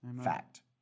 fact